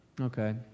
okay